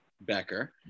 Becker